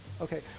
Okay